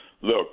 Look